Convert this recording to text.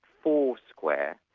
foursquare,